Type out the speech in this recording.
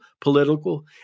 political